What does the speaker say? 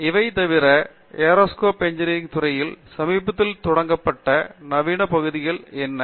பேராசிரியர் பிரதாப் ஹரிதாஸ் இவை தவிர ஏரோஸ்பேஸ் இன்ஜினியரிங் துறையில் சமீபத்தில் தொடங்கப்பட்ட நவீன பகுதிகள் என்ன